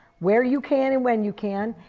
where you can and when you can.